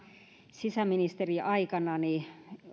sisäministeriaikanani